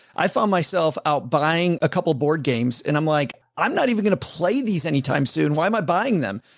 i found myself out buying a couple of board games and i'm like, i'm not even going to play these anytime soon. why i buying them?